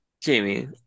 Jamie